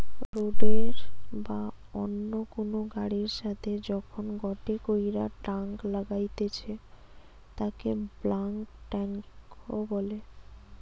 রোডের বা অন্য কুনু গাড়ির সাথে যখন গটে কইরা টাং লাগাইতেছে তাকে বাল্ক টেংক বলে